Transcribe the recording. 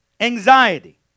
anxiety